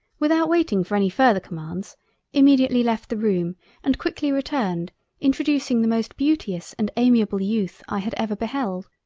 without waiting for any further commands immediately left the room and quickly returned introducing the most beauteous and amiable youth, i had ever beheld.